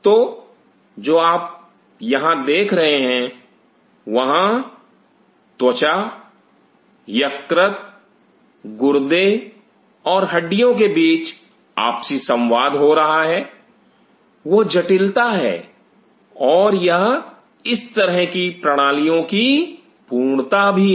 तो जो आप यहां देख रहे हैं वहां त्वचा यकृत गुर्दे और हड्डियों के बीच आपसी संवाद हो रहा है वह जटिलता है और यह इस तरह की प्रणालियों की पूर्णता है